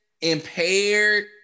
impaired